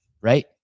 Right